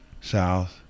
South